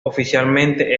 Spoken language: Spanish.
oficialmente